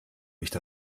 nicht